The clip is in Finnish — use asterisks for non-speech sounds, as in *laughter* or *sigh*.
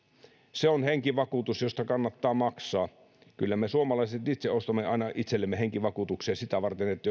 se on henkivakuutus josta kannattaa maksaa kyllä me suomalaiset itse ostamme aina itsellemme henkivakuutuksia tai terveysvakuutuksia sitä varten että *unintelligible*